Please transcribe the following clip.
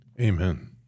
Amen